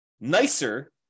nicer